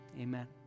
amen